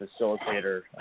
facilitator